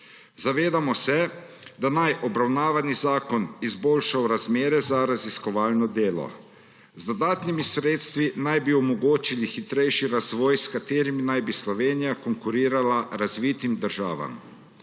Zavedamo se, da naj obravnavani zakon izboljša razmere za raziskovalno delo. Z dodatnimi sredstvi naj bi omogočili hitrejši razvoj, s katerim naj bi Slovenija konkurirala razvitim državam.